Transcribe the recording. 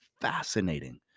fascinating